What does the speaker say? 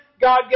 God